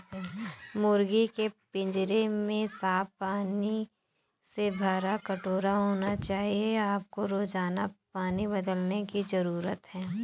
मुर्गी के पिंजरे में साफ पानी से भरा कटोरा होना चाहिए आपको रोजाना पानी बदलने की जरूरत है